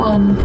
One